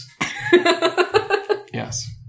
Yes